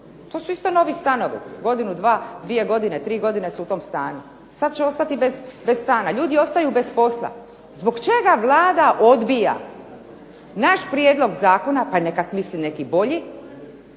To su isto novi stanovi, godinu, dvije godine, tri godine su u tom stanu. Sad će ostati bez stana. Ljudi ostaju bez posla. Zbog čega Vlada odbija naš prijedlog zakona? Pa neka smisli neki bolji